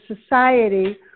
society